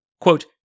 Quote